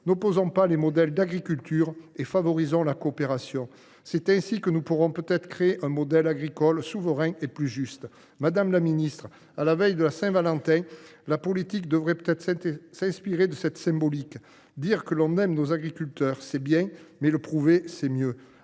N’opposons pas les modèles d’agriculture et favorisons la coopération ! C’est ainsi que nous pourrons créer un modèle agricole souverain et plus juste. Madame la ministre, à la veille de la Saint Valentin, la politique devrait peut être s’inspirer de la symbolique de cette fête : dire que l’on aime nos agriculteurs, c’est bien, mais le leur prouver, c’est mieux